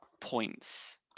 points